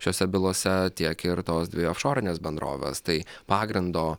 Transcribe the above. šiose bylose tiek ir tos dvi ofšorinės bendrovės tai pagrindo